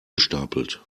gestapelt